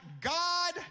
God